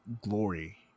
glory